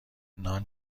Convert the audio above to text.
نان